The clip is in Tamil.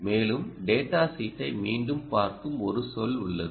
மேலும் டேடா ஷீட்டை மீண்டும் பார்க்கும் ஒரு சொல் உள்ளது